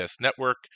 network